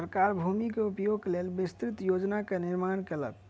सरकार भूमि के उपयोगक लेल विस्तृत योजना के निर्माण केलक